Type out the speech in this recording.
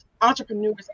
entrepreneurs